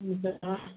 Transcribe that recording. हुन्छ ल